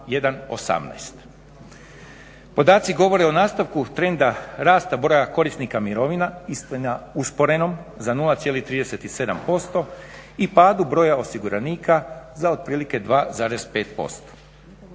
1:1,18. Podaci govore o nastavku trenda rasta broja korisnika mirovina …/Govornik se ne razumije./… na usporenom za 0,37% i padu broja osiguranika za otprilike 2,5%.